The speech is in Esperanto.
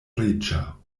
riĉa